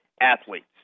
athletes